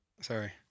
Sorry